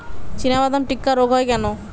চিনাবাদাম টিক্কা রোগ হয় কেন?